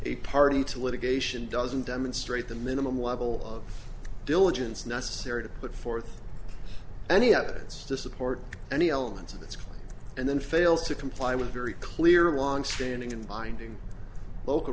a party to litigation doesn't demonstrate the minimum level of diligence necessary to put forth any evidence to support any elements of that and then fail to comply with a very clear longstanding and binding local